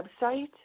website